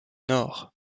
nord